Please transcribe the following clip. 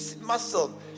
muscle